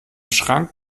schrank